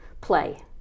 play